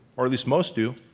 or at least most do.